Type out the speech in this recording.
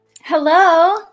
Hello